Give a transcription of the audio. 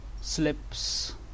slips